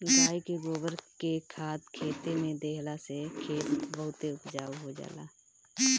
गाई के गोबर के खाद खेते में देहला से खेत बहुते उपजाऊ हो जाला